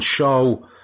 show